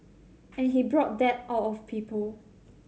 and he brought that out of people